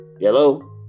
Hello